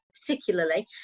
particularly